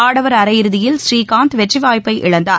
ஆடவர் அரையிறுதியில் ஸ்ரீகாந்த் வெற்றி வாய்ப்பை இழந்தார்